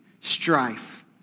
strife